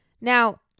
Now